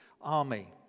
army